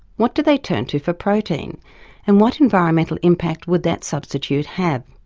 what do they turn to for protein and what environmental impact would that substitute have?